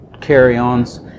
carry-ons